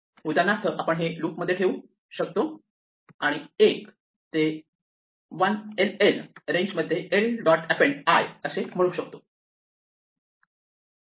उदाहरणार्थ आपण हे लूपमध्ये ठेवू शकतो आणि l ते ll रेंज मध्ये l डॉट अँपेन्ड i म्हणू शकतो